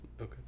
Okay